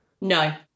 No